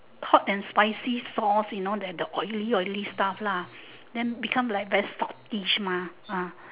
hot and spicy sauce the oily oily stuff lah then become like very saltish mah ah